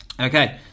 Okay